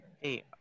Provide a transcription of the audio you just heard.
hey